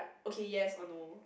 okay yes or no